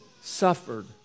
suffered